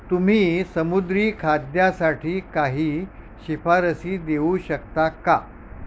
तुम्ही समुद्री खाद्यासाठी काही शिफारसी देऊ शकता का